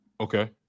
Okay